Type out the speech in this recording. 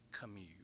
commute